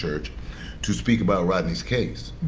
church to speak about rodney's case.